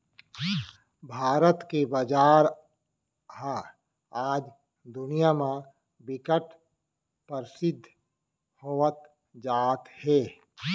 भारत के बजार ह आज दुनिया म बिकट परसिद्ध होवत जात हे